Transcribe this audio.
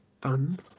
fun